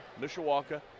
Mishawaka